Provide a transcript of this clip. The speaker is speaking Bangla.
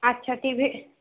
আচ্ছা টিভির